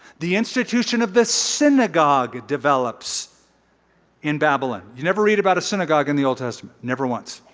the institution of the synagogue develops in babylon. you never read about a synagogue in the old testament, never once.